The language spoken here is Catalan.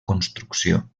construcció